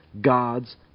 God's